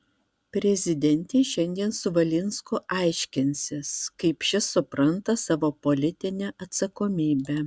prezidentė šiandien su valinsku aiškinsis kaip šis supranta savo politinę atsakomybę